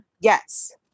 Yes